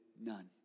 none